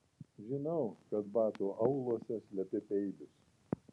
žinau kad batų auluose slepi peilius